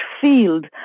field